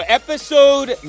episode